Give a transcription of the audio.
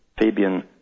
Fabian